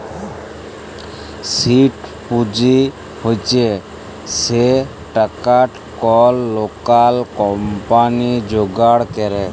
seed পুঁজি হছে সে টাকাট কল লকাল কম্পালি যোগাড় ক্যরে